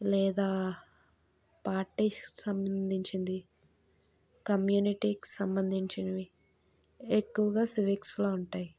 లేదా పార్టీస్కి సంబంధించింది కమ్యూనిటీకి సంబంధించినవి ఎక్కువగా సివిక్స్లో ఉంటాయి